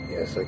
Yes